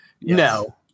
no